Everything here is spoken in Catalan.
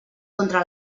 contra